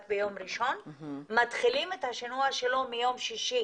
ביום ראשון מתחילים את השינוע שלו ביום שישי